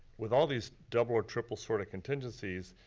with all these double or triple sorta contingencies,